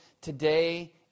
today